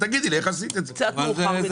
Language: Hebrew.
קצת מאוחר מדי.